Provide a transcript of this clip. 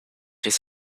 his